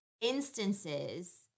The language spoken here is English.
instances